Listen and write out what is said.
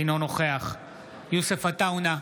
אינו נוכח יוסף עטאונה,